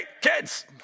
kids